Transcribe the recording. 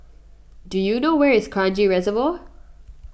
do you know where is Kranji Reservoir